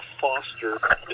foster